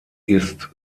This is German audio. ist